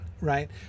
right